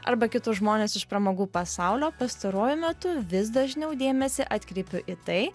arba kitus žmones iš pramogų pasaulio pastaruoju metu vis dažniau dėmesį atkreipiu į tai